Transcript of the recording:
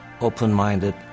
open-minded